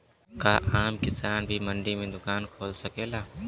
का आम किसान भी मंडी में दुकान खोल सकेला?